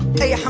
they